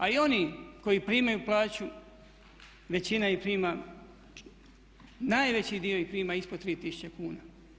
A i oni koji primaju plaću većina ih prima, najveći dio ih prima ispod 3 tisuće kuna.